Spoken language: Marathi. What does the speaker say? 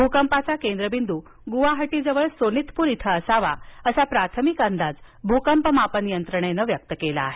भूकंपाचा केंद्रबिंदू गुवाहाटीजवळ सोनितपूर इथं असावा असा प्राथमिक अंदाज भूकंपमापन यंत्रणेनं व्यक्त केला आहे